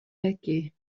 laquais